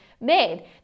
made